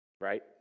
Right